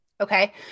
Okay